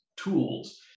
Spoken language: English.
tools